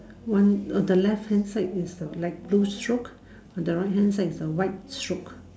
one the left hand side is the light blue stroke the right hand side is the white stroke